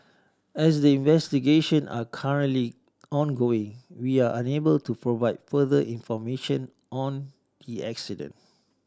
as investigations are currently ongoing we are unable to provide further information on the incident